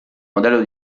modello